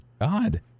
God